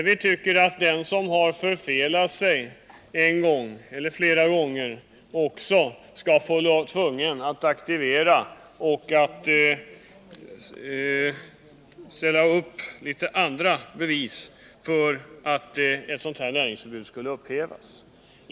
Vi tycker att den som har felat en gång eller flera gånger skall vara tvungen att själv ta initiativ och lägga fram bevis för att ett sådant här näringsförbud bör upphävas.